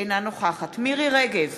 אינה נוכחת מירי רגב,